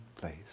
place